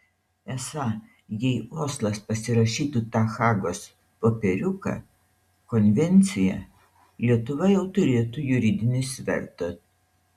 esą jei oslas pasirašytų tą hagos popieriuką konvenciją lietuva jau turėtų juridinį svertą